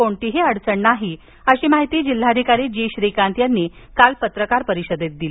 कोणतीही अडचण नाही अशी माहिती जिल्हाधिकारी जी श्रीकांत यांनी काल पत्रकार परिषदेत दिली